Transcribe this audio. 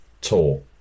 tour